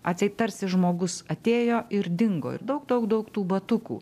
atseit tarsi žmogus atėjo ir dingo ir daug daug daug tų batukų